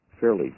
fairly